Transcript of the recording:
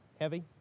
heavy